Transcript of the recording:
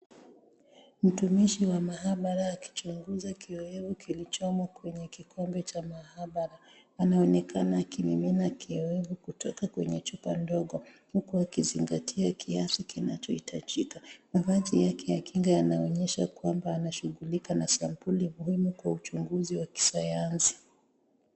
Mtumishi wa maabara akichunguza kiowevu kilichomo kwenye kikombe cha maabara. Anaonekana akimimina kiowevu kutoka kwenye chupa ndogo huku akizingatia kiasi kinachohitajika. Mavazi yake ya kinga inaonyesha kwamba anashughulika na sampuli muhimu kwa uchunguzi wa kisayansi.